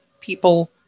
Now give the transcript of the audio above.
people